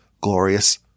glorious